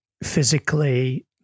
Physically